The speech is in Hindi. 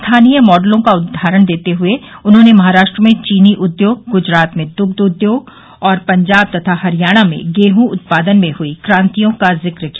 स्थानीय मॉडलों का उदाहरण देते हए उन्होंने महाराष्ट्र में चीनी उद्योग ग्जरात में द्ग्ध उद्योग और पंजाब तथा हरियाणा में गेंहू उत्पादन में हुई क्रांतियों का जिक्र किया